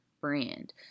brand